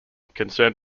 concerned